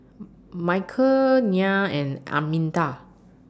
Michale Nyah and Arminta